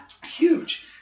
Huge